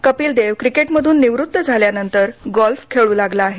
कपीलदेव क्रिकेटमध्रन निवृत्त झाल्यानंतर गोल्फ खेळू लागला आहे